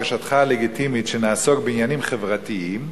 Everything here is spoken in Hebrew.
בקשתך הלגיטימית שנעסוק בעניינים חברתיים,